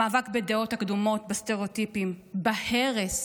המאבק בדעות הקדומות, בסטריאוטיפים, בהרס,